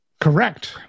Correct